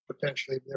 potentially